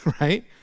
right